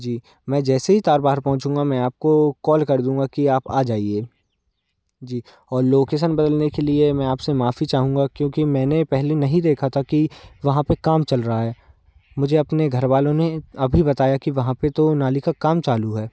जी मैं जैसे ही तारबहार पहुँचागा मैं आपको कॉल कर दूँगा कि आप आ जाइए जी और लोकेसन बदलने के लिए मैं आपसे माफ़ी चाहूँगा क्योंकि मैंने पहले नहीं देखा था कि वहाँ पे काम चल रहा है मुझे अपने घर वालों ने अभी बताया कि वहाँ पे तो नाली का काम चालू है